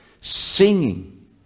singing